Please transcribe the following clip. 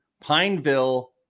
pineville